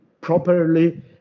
properly